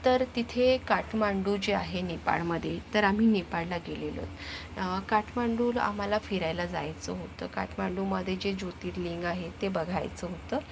तर तिथे काठमांडू जे आहे नेपाळमध्ये तर आम्ही नेपाळला गेलेलो काठमांडूला आम्हाला फिरायला जायचं होतं काठमांडूमध्ये जे ज्योतिर्लिंग आहे ते बघायचं होतं